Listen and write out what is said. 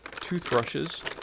toothbrushes